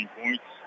points